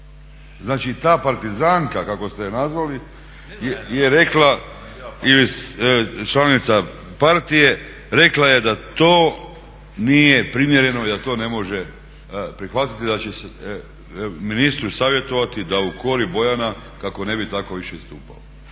Znači ta partizanka kako ste je nazvali je rekla i članica partije rekla je da to nije primjereno i da to ne može prihvatiti i da će ministru savjetovati da ukori Bojana kako ne bi tako više istupao.